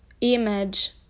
image